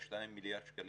1.2 מיליארד שקלים